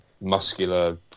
muscular